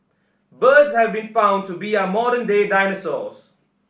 birds have been found to be our modern day dinosaurs